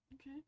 Okay